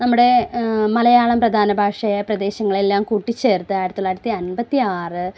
നമ്മുടെ മലയാളം പ്രധാന ഭാഷയായ പ്രദേശങ്ങളെ എല്ലാം കൂട്ടിച്ചേർത്ത് ആയിരത്തി തൊള്ളായിരത്തി അൻപത്തിയാറ്